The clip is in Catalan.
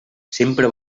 sempre